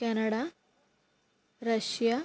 Canada Russia